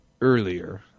earlier